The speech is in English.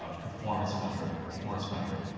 ah performance measure performance metric.